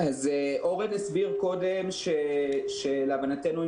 אורן הסביר קודם שלהבנתנו,